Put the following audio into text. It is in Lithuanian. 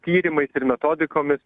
tyrimais ir metodikomis